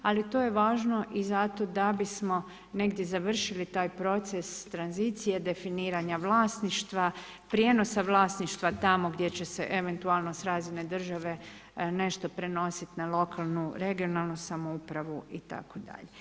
Ali to je važno i zato da bismo negdje završili taj proces tranzicije definiranja vlasništva, prijenosa vlasništva tamo gdje će se eventualno s razine države nešto prenositi na lokanu, regionalnu samoupravu itd.